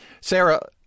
Sarah